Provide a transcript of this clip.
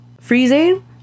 freezing